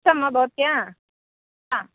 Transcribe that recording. इष्टं वा भवत्याः हा